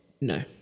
No